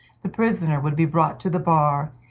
the prisoner would be brought to the bar,